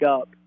up